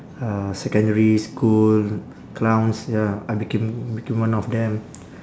uh secondary school clowns ya I became became one of them